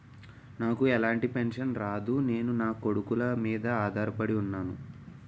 నాకు ఎలాంటి పెన్షన్ రాదు నేను నాకొడుకుల మీద ఆధార్ పడి ఉన్నాను